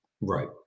right